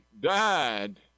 died